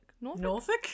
Norfolk